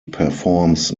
performs